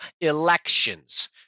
elections